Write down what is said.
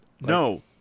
No